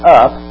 up